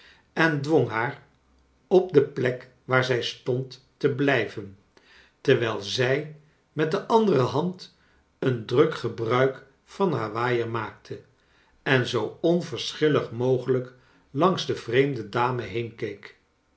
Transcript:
en dwong haar op de plek waar zij stond te blijven terwijl zij met de ander e hand een druk gebruik van haar waaier maakte en zoo onverschillig mogelijk langs de vreemde dame